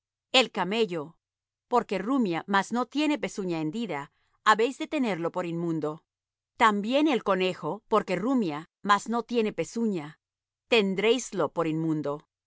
el camello porque rumia mas no tiene pezuña hendida habéis de tenerlo por inmundo también el conejo porque rumia mas no tiene pezuña tendréislo por inmundo